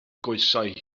goesau